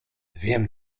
wiem